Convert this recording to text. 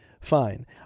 fine